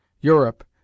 Europe